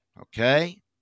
Okay